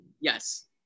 yes